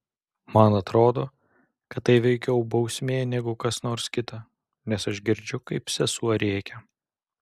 man atrodo kad tai veikiau bausmė negu kas nors kita nes aš girdžiu kaip sesuo rėkia